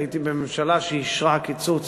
הייתי בממשלה שאישרה קיצוץ